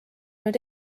nüüd